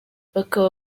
bakaba